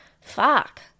fuck